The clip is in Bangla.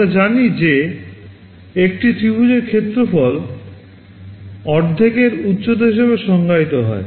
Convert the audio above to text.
আমরা জানি যে একটি ত্রিভুজের ক্ষেত্রফল অর্ধেকের উচ্চতা হিসাবে সংজ্ঞায়িত হয়